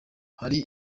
hari